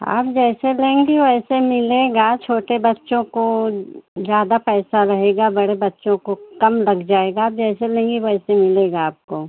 आप जैसे लेंगी वैसे मिलेगा छोटे बच्चों को ज़्यादा पैसा रहेगा बड़े बच्चों को कम लग जाएगा आप जैसे लेंगी वैसे मिलेगा आपको